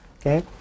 Okay